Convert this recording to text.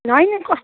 होइन कस्